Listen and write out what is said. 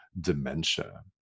dementia